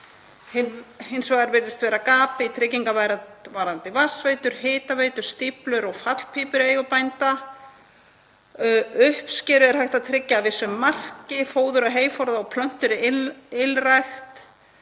Hins vegar virðist vera gap í tryggingum varðandi vatnsveitur, hitaveitu, stíflur og fallpípur í eigu bænda. Uppskeru er hægt að tryggja að vissu marki, fóður og heyforða og plöntur í ylrækt